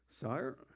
Sire